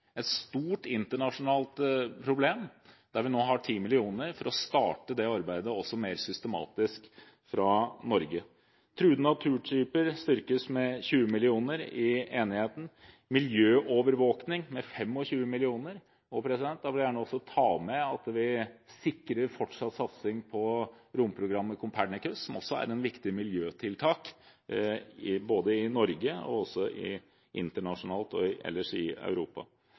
et stort internasjonalt problem, der vi nå har 10 mill. kr for å starte det arbeidet også mer systematisk fra Norge. Truede arter og naturtyper styrkes med 20 mill. kr i avtalen, miljøovervåkning med 25 mill. kr. Jeg vil gjerne også ta med at vi sikrer fortsatt satsing på romprogrammet Copernicus, som også er et viktig miljøtiltak, både i Norge og ellers i